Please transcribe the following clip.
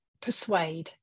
persuade